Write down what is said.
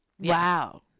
Wow